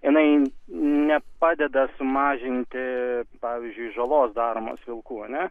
jinai nepadeda sumažinti pavyzdžiui žalos daromos vilkų ar ne